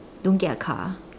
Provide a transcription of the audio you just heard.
don't get a car